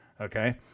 okay